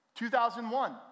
2001